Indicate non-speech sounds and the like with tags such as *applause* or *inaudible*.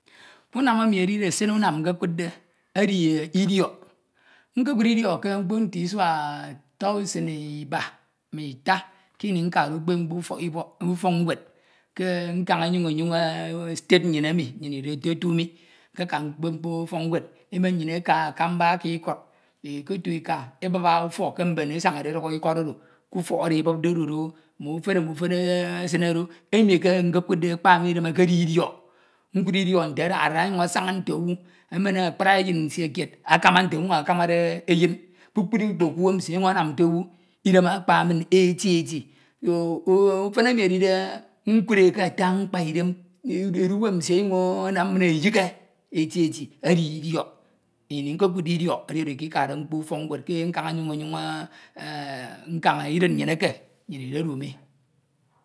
Unam emi edide esen unam nkekudde edie Idiọk, nkekud Idiok ke mkpo nte Isua *hesitation* tọsin Iba ma Ita kini nkade ukpep mkpo ufok Ibọk, ufọk ñwed ke nkem̄ enyoñ enyoñ state nnyin emi nyin Itotu mi Nkeka ukpep mkpo ufọkñwed, emen nnyin eka akamba aki Ikọd. Ikotu Ika, ebup ufọk ke mben esañade eduk Ikọd oro ufok oro ndo do ebupde odo, mme ufene mme ufene esinede do, emi ke nkekudde ekpa min Idem ekedi Idiọk, nkud Idiọk nte adahade ada ọnyuñ asaña nte owu, ewem akpri eyin nsie kied akama nte owu ọkponyun akamade eyin kpukpru mkpo k’uwem nsie ọnyuñ anam nte owu, Idem akpa min eti eti so o ufene emi edide *hesitation* nkud e ke ata mkpo Idem, e eduwem nsie ọnyuñ anam min eyikhe eti eti Idiọk, Ini nkokudde Idiọk edi oro Ikikade mkpo ufọk ñwed ke ñkañ enyoñ enyoñ nkañ *hesitation* Idid nnyin eke nnyin Idodu mi.